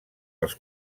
els